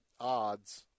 odds